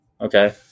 Okay